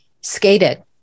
skated